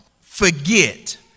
forget